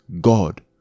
god